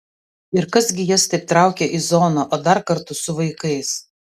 ir kas gi jas taip traukia į zoną o dar kartu su vaikais